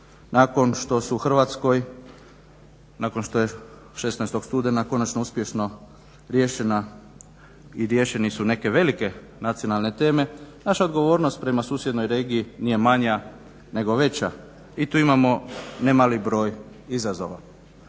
stabilnost u JI Europi. Nakon što je 16.studenog konačno uspješno riješene su neke velike nacionalne teme naša odgovornost prema susjednoj regiji nije manja nego veća i tu imamo nemali broj izazova.